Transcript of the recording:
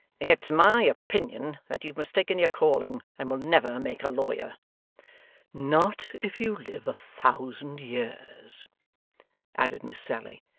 it's my opinion that you've mistaken your calling, and will never make a lawyer not if you live a thousand years added miss sally.